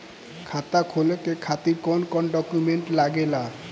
खाता खोले के खातिर कौन कौन डॉक्यूमेंट लागेला?